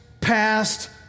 past